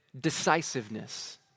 decisiveness